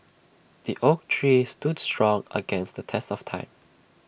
the oak tree stood strong against the test of time